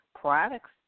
products